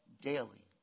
daily